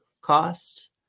cost